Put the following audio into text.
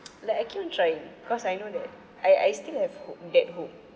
like I keep on trying cause I know that I I still have hope that hope